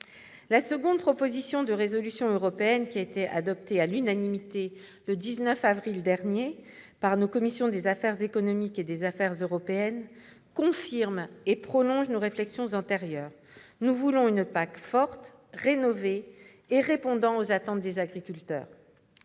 La seconde proposition de résolution européenne, qui a été adoptée à l'unanimité le 19 avril dernier par notre commission des affaires économiques et notre commission des affaires européennes, confirme et prolonge nos réflexions antérieures. Nous voulons une PAC forte, rénovée et répondant aux attentes des agriculteurs.